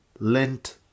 lent